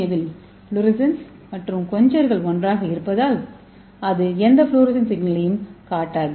ஏவில் fluorescence மற்றும் குவென்சர்கள் ஒன்றாக இருப்பதால் அது எந்த ஃப்ளோரசன் சிக்னலையும் காட்டாது